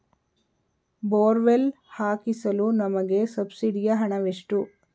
Borewell ಹಾಕಿಸಲು ನಮಗೆ ಸಬ್ಸಿಡಿಯ ಹಣವೆಷ್ಟು?